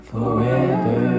Forever